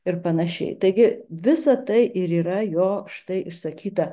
ir panašiai taigi visa tai ir yra jo štai išsakyta